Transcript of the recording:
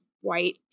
white